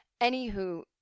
anywho